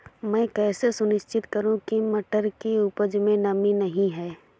मैं कैसे सुनिश्चित करूँ की मटर की उपज में नमी नहीं है?